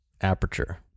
Aperture